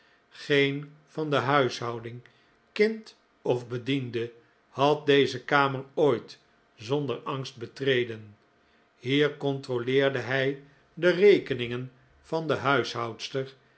geen van de huishouding kind of bediende had deze kamer ooit zonder angst betreden hier controleerde hij de rekeningen van de